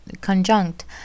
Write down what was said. conjunct